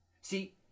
See